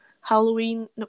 Halloween